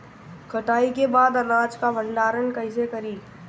कटाई के बाद अनाज का भंडारण कईसे करीं?